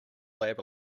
lab